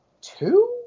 two